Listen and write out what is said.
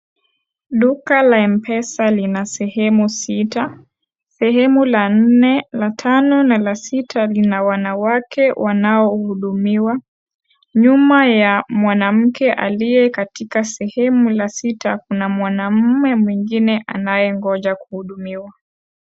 Duka la Mpesa lina sehemu sita, sehemu la nne, la tano na la sita lina wanawake wanaohudumiwa, nyuma ya mwanamke aliye katika sehemu la sita kuna mwanamme mwingine anayengoja kuhudumiwa.